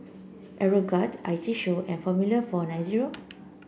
Aeroguard I T Show and Formula four nine zero